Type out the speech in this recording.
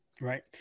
Right